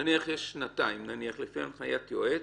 נניח שיש שנתיים לפי הנחיית יועץ,